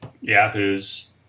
yahoos